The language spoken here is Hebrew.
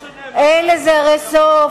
הרי אין לזה סוף,